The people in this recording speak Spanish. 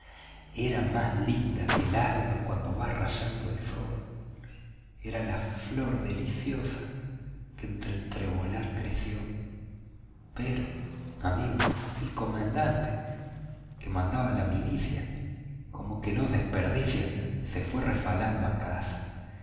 era más linda que el alba cuando va rayando el sol era la flor deliciosa que entre el trebolar creció pero amigo el comendante que mandaba la milicia como que no desperdicia se fue refalando a casa